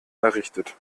errichtet